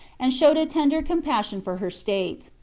and showed a tender compassion for her state.